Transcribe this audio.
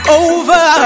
over